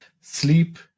Sleep